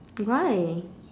why